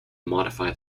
modify